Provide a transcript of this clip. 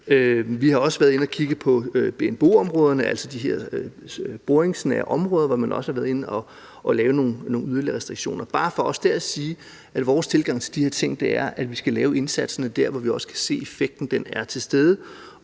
Vi har også været inde at kigge på BNBO-områderne, altså de her boringsnære områder, hvor man også har været inde og lave nogle yderligere restriktioner. Det er bare for også dér at sige, at vores tilgang til de her ting er, at vi skal lave indsatserne der, hvor vi også kan se, at effekten er til stede,